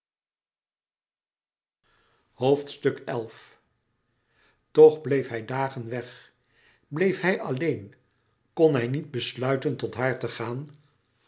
toch bleef hij dagen weg bleef hij alleen kon hij niet besluiten tot haar te gaan